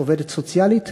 יש עובדת סוציאלית